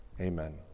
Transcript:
Amen